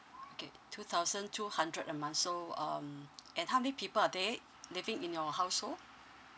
okay two thousand two hundred a month so um and how many people are there living in your household